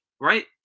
right